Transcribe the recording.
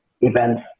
events